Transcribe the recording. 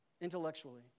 intellectually